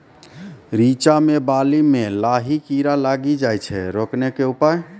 रिचा मे बाली मैं लाही कीड़ा लागी जाए छै रोकने के उपाय?